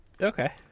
Okay